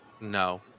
no